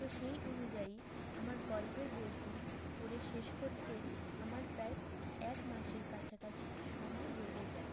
তো সেই অনুযায়ী আমার গল্পের বইটি পড়ে শেষ করতে আমার প্রায় এক মাসের কাছাকাছি সময় লেগে যায়